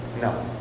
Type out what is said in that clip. No